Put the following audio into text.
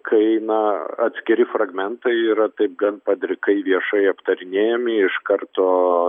kai na atskiri fragmentai yra taip gan padrikai viešai aptarinėjami iš karto